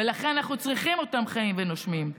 ולכן אנחנו צריכים אותם חיים ונושמים.